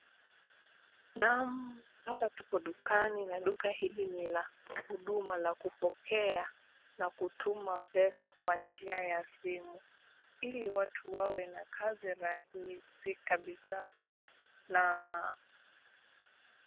Naam! Hapa tuko dukani na duka hili ni la huduma la kupokea na kutuma pesa kwa njia ya simu, ili watu wawe na kazi rahisi kabisa na.